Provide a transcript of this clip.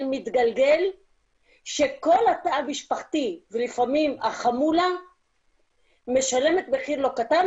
מתגלגל שכל התא המשפחתי ולפעמים החמולה משלמת מחיר לא קטן,